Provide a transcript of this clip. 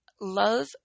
love